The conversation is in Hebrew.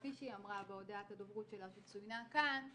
כפי שהיא אמרה בהודעת הדוברות שלה שצוינה כאן,